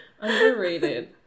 Underrated